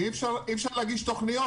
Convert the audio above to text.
אי אפשר להגיש תוכניות,